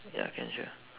ya can sure